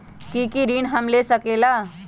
की की ऋण हम ले सकेला?